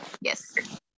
Yes